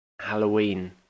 Halloween